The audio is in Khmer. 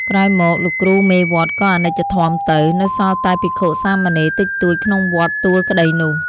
ក្រោយមក លោកគ្រូមេវត្តក៏អនិច្ចធម្មទៅ នៅសល់តែភិក្ខុសាមណេរតិចតួចក្នុងវត្តទួលក្ដីនោះ ។